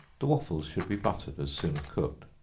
the waffles should be buttered as soon as cooked.